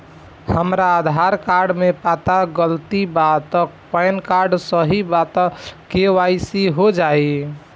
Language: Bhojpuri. हमरा आधार कार्ड मे पता गलती बा त पैन कार्ड सही बा त के.वाइ.सी हो जायी?